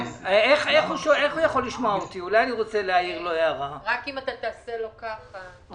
אני מציע לא לחזור על הדברים.